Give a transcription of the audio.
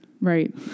Right